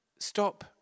Stop